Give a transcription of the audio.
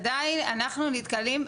עדיין אנחנו נתקלים,